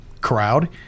crowd